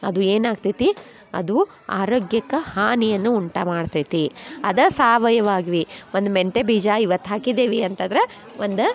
ಅದು ಏನಾಗ್ತೈತಿ ಅದು ಆರೋಗ್ಯಕ್ಕ ಹಾನಿಯನ್ನ ಉಂಟು ಮಾಡ್ತೈತಿ ಅದ ಸಾವಯವ ಆಗ್ವಿ ಒಂದು ಮೆಂತೆ ಬೀಜ ಇವತ್ತು ಹಾಕಿದೇವಿ ಅಂತಂದ್ರ ಒಂದ